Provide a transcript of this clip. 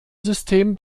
system